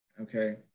okay